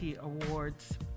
Awards